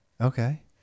Okay